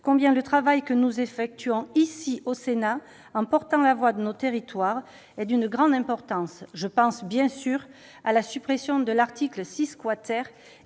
combien le travail que nous effectuons ici au Sénat, en portant la voix de nos territoires, est d'une grande importance. Je pense bien sûr à la suppression de l'article 6 et